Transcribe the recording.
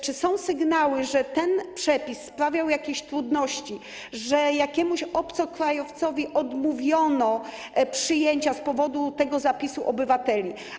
Czy są sygnały, że ten przepis sprawiał jakieś trudności, że jakiemuś obcokrajowcowi odmówiono przyjęcia z powodu zapisu „obywateli”